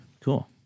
cool